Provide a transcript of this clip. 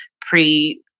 pre